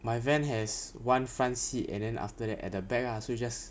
my van has one front seat and then after that at the back ah so you just